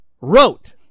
wrote